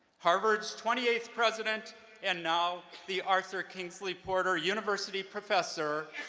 harvard's twenty eighth president and now the arthur kingsley porter university professor,